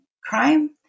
crime